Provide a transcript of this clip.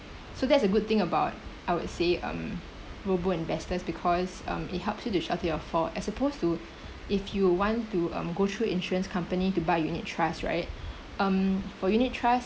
so that's a good thing about I would say um robo investors because um it helps you to shelter your fall as opposed to if you want to um go through insurance company to buy unit trust right um for unit trust